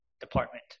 Department